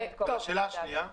ומה לגבי השאלה השנייה?